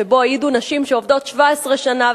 שבהם העידו נשים שעובדות 17 שנה,